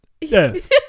yes